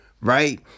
Right